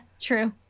true